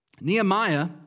Nehemiah